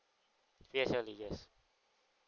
P_S_L_E yes